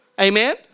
Amen